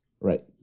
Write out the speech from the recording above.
Right